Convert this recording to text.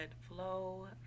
flow